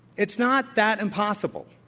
it's not that impossible.